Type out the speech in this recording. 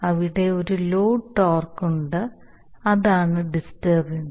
അവിടെ ഒരു load torque ഉണ്ട് അതാണ് ഡിസ്റ്റർബൻസ്